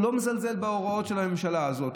הוא לא מזלזל בהוראות של הממשלה הזאת.